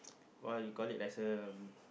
why you call it lesson